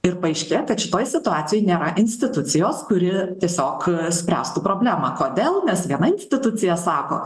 ir paaiškėjo kad šitoj situacijoj nėra institucijos kuri tiesiog spręstų problemą kodėl nes viena institucija sako